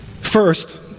First